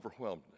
overwhelmedness